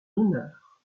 honneur